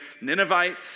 Ninevites